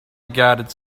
regarded